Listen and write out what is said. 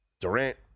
Durant